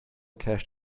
cache